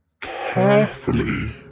carefully